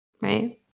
Right